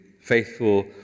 faithful